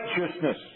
righteousness